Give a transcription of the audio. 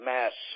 Mass